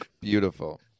beautiful